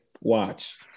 watch